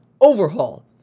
overhaul